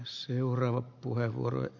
arvoisa puhemies